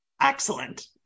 Excellent